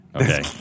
Okay